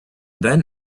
then